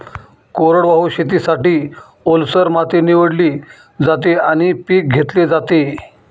कोरडवाहू शेतीसाठी, ओलसर माती निवडली जाते आणि पीक घेतले जाते